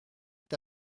est